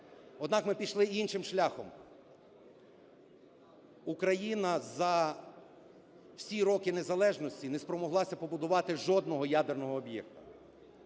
Однак ми пішли іншим шляхом. Україна за всі роки незалежності не спромоглася побудувати жодного ядерного об'єкта.